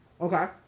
Okay